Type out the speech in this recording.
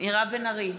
מירב בן ארי,